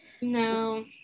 No